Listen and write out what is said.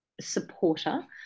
supporter